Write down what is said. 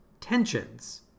tensions